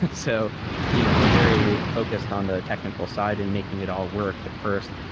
so you know we're very focused on the technical side and making it all work first.